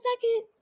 second